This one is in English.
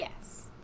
Yes